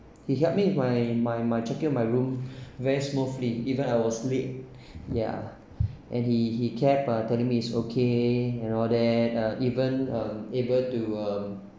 he helped me with my my my check in with my room very smoothly even I was late ya and he he kept uh telling me is okay and all that uh even um able to um